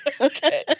Okay